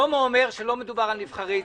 שלמה אומר שלא מדובר בנבחרי ציבור,